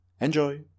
Enjoy